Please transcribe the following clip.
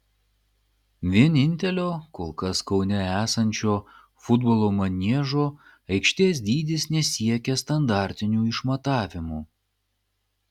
vienintelio kol kas kaune esančio futbolo maniežo aikštės dydis nesiekia standartinių išmatavimų